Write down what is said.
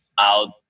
out